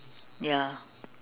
ya